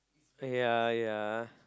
ya ya